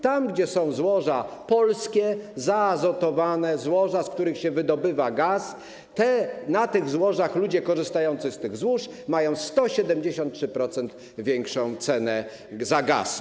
Tam gdzie są złoża polskie, zaazotowane złoża, z których się wydobywa gaz, ludzie korzystający z tych złóż mają o 173% większą cenę za gaz.